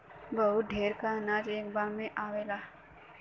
बहुत ढेर क अनाज एक बार में आवेला